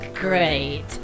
Great